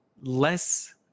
less